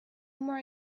more